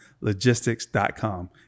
logistics.com